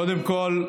קודם כול,